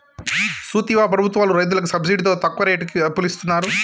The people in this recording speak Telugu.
సూత్తివా ప్రభుత్వాలు రైతులకి సబ్సిడితో తక్కువ రేటుకి అప్పులిస్తున్నరు